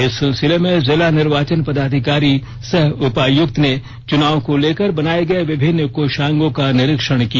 इस सिलसिले में जिला निर्वाचन पदाधिकारी सह उपायक्त ने चुनाव को लेकर बनाए गए विभिन्न कोषांगों का निरीक्षण किया